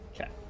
Okay